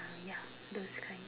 ya those kind